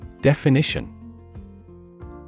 Definition